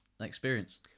experience